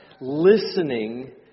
listening